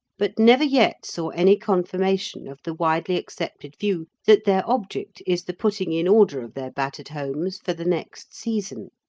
but never yet saw any confirmation of the widely accepted view that their object is the putting in order of their battered homes for the next season.